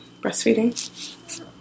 breastfeeding